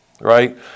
right